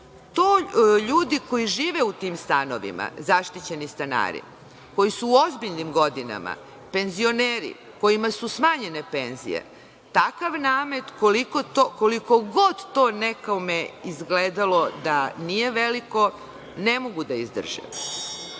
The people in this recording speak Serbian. Ljudi koji žive u tim stanovima, zaštićeni stanari koji su u ozbiljnim godinama, penzioneri kojima su smanjene penzije takav namet, koliko god to nekom izgledalo da nije veliko ne mogu da izdržim.